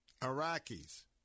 Iraqis